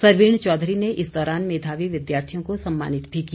सरवीण चौधरी ने इस दौरान मेधावी विद्यार्थियों को सम्मानित भी किया